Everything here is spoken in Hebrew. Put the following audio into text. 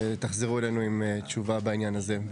ותחזרו אלינו עם תשובה בעניין הזה.